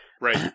Right